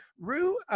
Rue